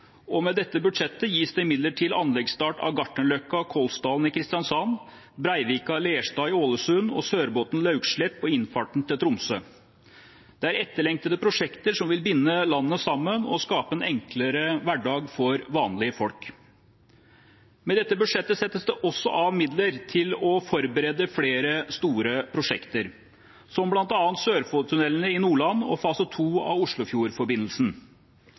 og med dette budsjettet gis det midler til anleggsstart av E18/E39 Gartnerløkka–Kolsdalen i Kristiansand, E136 Breivika–Lerstad ved Ålesund og E8 Sørbotn–Laukslett, på innfartsveien til Tromsø. Det er etterlengtede prosjekter som vil binde landet sammen og skape en enklere hverdag for vanlige folk. Med dette budsjettet settes det også av midler til å forberede flere store prosjekter, som bl.a. Sørfold-tunnelene i Nordland og fase 2 av Oslofjordforbindelsen.